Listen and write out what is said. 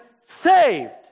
saved